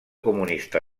comunista